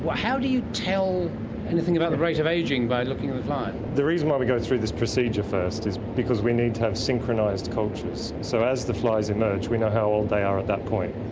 how do you tell anything about the rate of ageing by looking at um the reason why we go through this procedure first is because we need to have synchronised cultures. so as the flies emerge we know how old they are at that point,